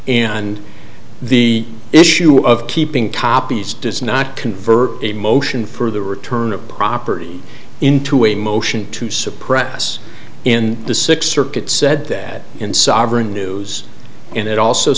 and the issue of keeping copies does not confer a motion for the return of property into a motion to suppress in the sixth circuit said that in sovereign news and it also